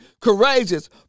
courageous